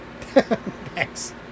Thanks